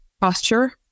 posture